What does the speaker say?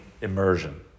immersion